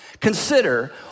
consider